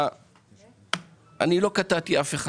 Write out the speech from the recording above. אם תאפשרו לבנקים לקלוט את הסכומים